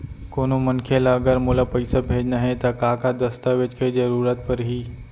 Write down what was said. कोनो मनखे ला अगर मोला पइसा भेजना हे ता का का दस्तावेज के जरूरत परही??